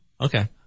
Okay